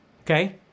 Okay